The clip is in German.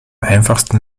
einfachsten